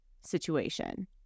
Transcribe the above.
situation